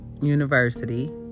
University